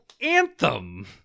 Anthem